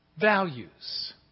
Values